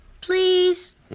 please